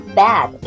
bad